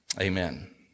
amen